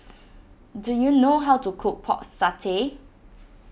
do you know how to cook Pork Satay